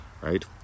Right